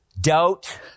doubt